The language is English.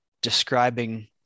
describing